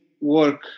work